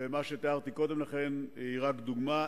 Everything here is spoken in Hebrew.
ומה שתיארתי קודם לכן הוא רק דוגמה.